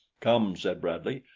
come, said bradley.